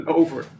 over